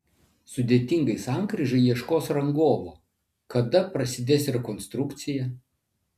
sudėtingai sankryžai ieškos rangovo kada prasidės rekonstrukcija